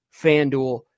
FanDuel